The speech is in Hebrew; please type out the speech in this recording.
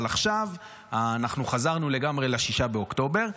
אבל עכשיו אנחנו חזרנו לגמרי ל-6 באוקטובר.